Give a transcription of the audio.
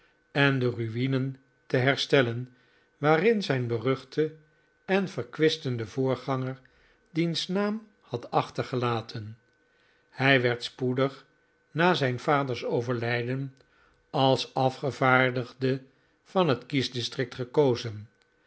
en de ruinen te herstellen waarin zijn beruchte en verkwistende voorganger deo naam had achtergelaten hij werd spoedig na zijn vaders overlijden als afgevaardigde van het kiesdistrict gekozen